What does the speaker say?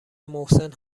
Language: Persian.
محسن